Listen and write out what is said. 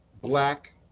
Black